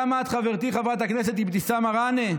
וגם את, חברתי חברת הכנסת אבתיסאם מראענה,